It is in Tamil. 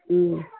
ம்